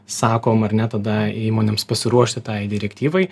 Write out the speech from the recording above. sakom ar ne tada įmonėms pasiruošti tai direktyvai